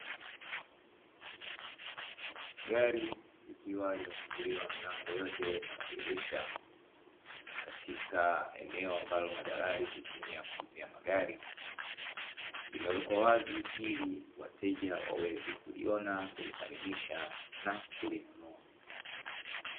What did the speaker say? Gari likiwa limefunguliwa milango yote na madirisha, katika eneo ambalo madalali hutumia kuuzia magari. Limewekwa wazi ili wateja waweze kuliona, kulithaminisha na kulinunua.